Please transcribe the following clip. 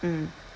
mm